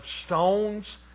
stones